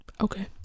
Okay